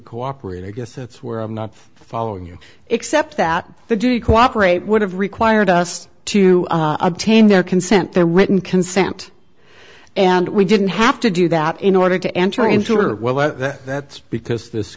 cooperate i guess that's where i'm not following you except that the do you cooperate would have required us to obtain their consent their written consent and we didn't have to do that in order to enter into it well that's because this